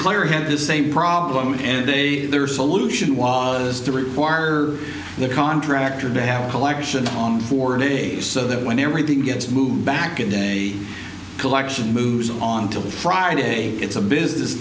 clear headed the same problem and they their solution was to require the contractor to have a collection on four days so that when everything gets moved back and a collection moves on to the friday it's a business